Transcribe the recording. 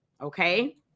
okay